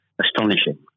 astonishing